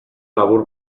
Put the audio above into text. labur